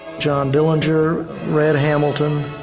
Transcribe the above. john dillinger, red hamilton,